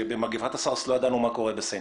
שבמגפת הסארס לא ידענו מה קורה בסין,